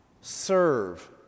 serve